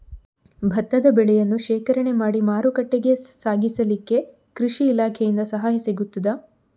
ಭತ್ತದ ಬೆಳೆಯನ್ನು ಶೇಖರಣೆ ಮಾಡಿ ಮಾರುಕಟ್ಟೆಗೆ ಸಾಗಿಸಲಿಕ್ಕೆ ಕೃಷಿ ಇಲಾಖೆಯಿಂದ ಸಹಾಯ ಸಿಗುತ್ತದಾ?